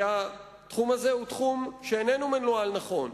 כי התחום הזה הוא תחום שאיננו מנוהל נכון,